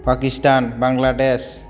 Pakistan Bangladesh